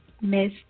Miss